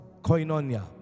koinonia